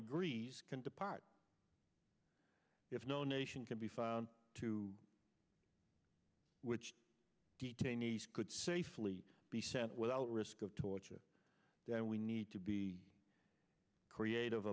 agrees can depart if no nation can be found to which detainees could safely be sent without risk of torture then we need to be creative